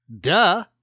duh